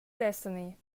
destiny